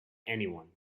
anyone